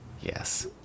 Yes